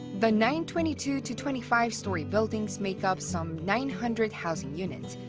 the nine twenty two to twenty five storey buildings make up some nine hundred housing units,